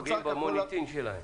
פוגעים במוניטין שלהם.